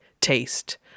taste